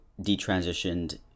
detransitioned